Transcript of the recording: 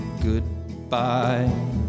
goodbye